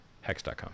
Hex.com